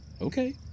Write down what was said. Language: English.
Okay